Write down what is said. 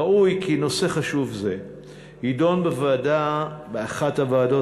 ראוי כי נושא חשוב זה יידון באחת הוועדות,